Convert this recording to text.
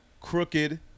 Crooked